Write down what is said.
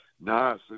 nice